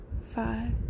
five